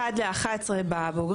1 ל- 11 בבוגרים,